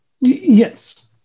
Yes